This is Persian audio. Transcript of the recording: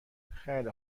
خیلی